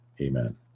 Amen